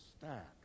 stack